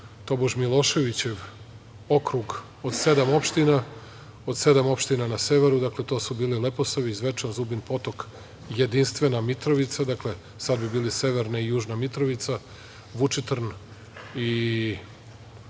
tobož, Miloševićev okrug od sedam opština, od sedam opština na severu. Dakle, to su bili: Leposavić, Zvečan, Zubin Potok, jedinstvena Mitrovica, dakle, sada bi bili severna i južna Mitrovica, Vučitrn i Srbica,